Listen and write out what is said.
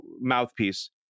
mouthpiece